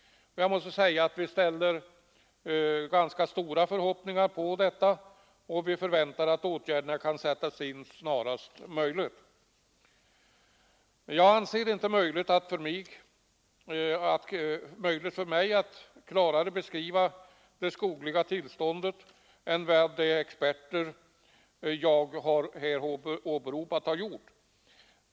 Vi ställer stora förhoppningar på detta och förväntar att åtgärderna kan sättas in snarast möjligt. Jag anser mig inte kunna klarare beskriva det skogliga tillståndet än vad de experter jag här åberopat har gjort.